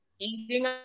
Eating